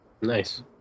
Nice